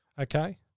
Okay